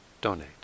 donate